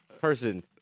Person